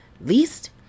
least